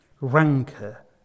rancor